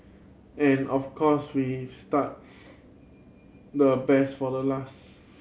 and of course we've start the best for the last